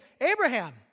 abraham